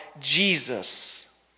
Jesus